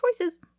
choices